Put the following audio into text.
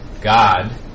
God